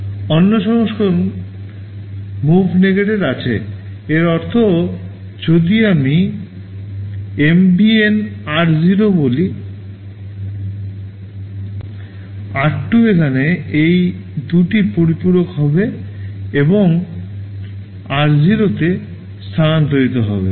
অন্য সংস্করণ move negated আছে এর অর্থ যদি আমি এমভিএন আর0 বলি r2 এখানে এই 2 টি পরিপূরক হবে এবং r0 তে স্থানান্তরিত হবে